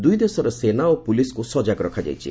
ଦୂଇ ଦେଶର ସେନା ଓ ପୁଲିସ୍କୁ ସଜାଗ ରଖାଯାଇଛି